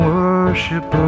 worship